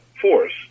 force